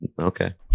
Okay